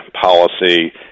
policy